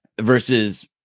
versus